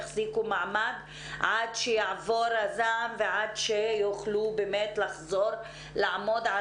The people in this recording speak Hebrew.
עד שיעבור הזעם ועד שיוכלו לחזור ולעמוד על